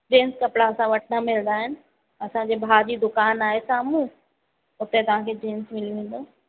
gents कपिड़ा असां वटि न मिलंदा आहिनि असांजे भाउ जी दुकान आहे साम्हूं हुते तव्हां खे जेंट्स मिली वेंदव